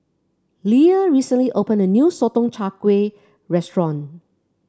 Leah recently opened a new Sotong Char Kway restaurant